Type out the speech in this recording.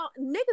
niggas